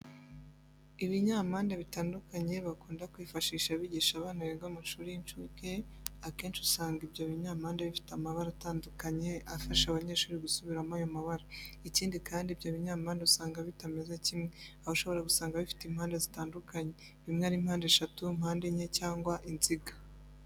Ibinyampande bitandukanye bakunda kwifashisha bigisha abana biga mu mashuri y'incuke, akenshi usanga ibyo binyampande bifite amabara atadukanye afasha abanyeshuri gusubiramo ayo mabara. Ikindi kandi ibyo binyampande usanga bitameze kimwe, aho ushobora gusanga bifite impande zitandukanye, bimwe ari mpandeshatu, mpandenye cyangwa inziga.